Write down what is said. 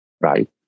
right